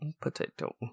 potato